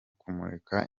kumurika